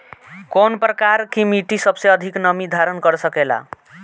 कौन प्रकार की मिट्टी सबसे अधिक नमी धारण कर सकेला?